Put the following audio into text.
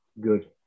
good